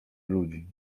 ludzi